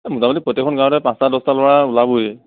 এই মোটামুটি প্ৰত্যেকখন গাঁৱতে পাঁচটা দহটা ল'ৰা ওলাবয়েই